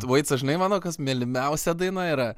veitsas žinai mano kas mylimiausia daina yra